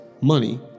money